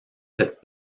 cette